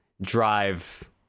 drive